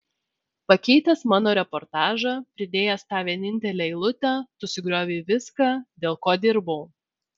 pakeitęs mano reportažą pridėjęs tą vienintelę eilutę tu sugriovei viską dėl ko dirbau